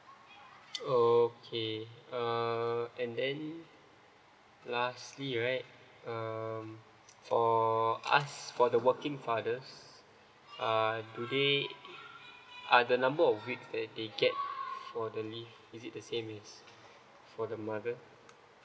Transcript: okay uh and then lastly right um for us for the working fathers uh do they are the number of week they get for the leave is it the same is for the mother